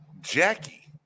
Jackie